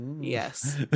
yes